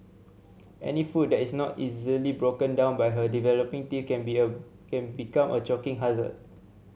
any food that is not easily broken down by her developing teeth can be a can become a choking hazard